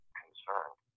concerned